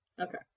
Okay